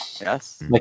Yes